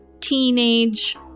teenage